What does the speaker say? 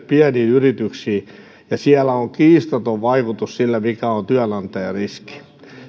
pieniin yrityksiin ja sillä on kiistaton vaikutus sille mikä on työnantajan